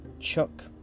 Chuck